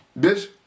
Bitch